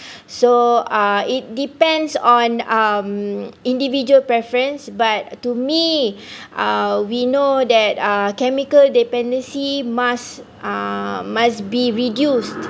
so uh it depends on um individual preference but to me uh we know that uh chemical dependancy must uh must be reduced